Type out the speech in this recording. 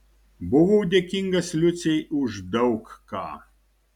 buvau dėkingas liucei už daug ką